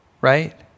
right